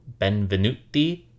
Benvenuti